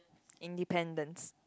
independence